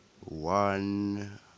one